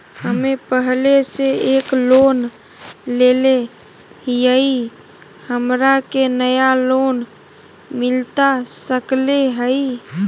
हमे पहले से एक लोन लेले हियई, हमरा के नया लोन मिलता सकले हई?